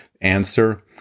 Answer